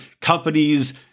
companies